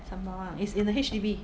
sembawang it's in the H_D_B